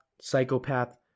psychopath